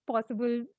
possible